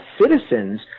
citizens